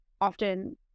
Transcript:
often